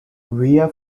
villa